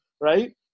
right